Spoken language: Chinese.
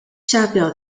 下表